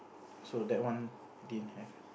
so that one didn't have